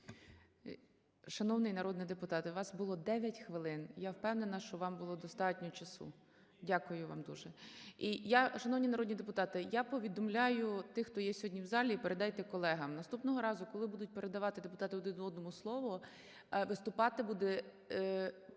Шановний народний депутате, у вас було 9 хвилин. Я впевнена, що вам було достатньо часу. Дякую вам дуже. І я… Шановні народні депутати, я повідомляю тих, хто є сьогодні в залі і передайте колегам. Наступного разу, коли будуть передавати депутати один одному слово, виступати буде